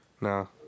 No